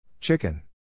Chicken